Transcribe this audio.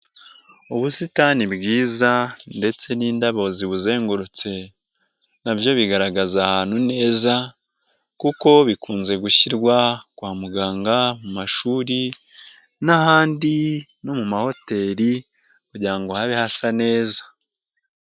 Ubusitani bwiza ndetse n'indabo zibuzengurutse na byo bigaragaza ahantu neza kuko bikunze gushyirwa kwa muganga, mu mashuri n'ahandi no mu mahoteli kugira ngo habe hasa neza.